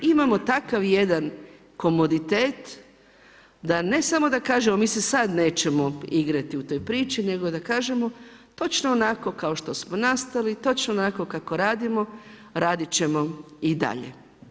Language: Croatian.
Imamo takav jedan komoditet da ne samo da kažemo mi se sada nećemo igrati u toj priči nego da kažemo točno onako kao što smo nastali, točno onako kako radimo radit ćemo i dalje.